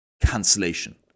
Cancellation